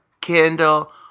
Kendall